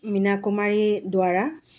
Meena Kumari Duwara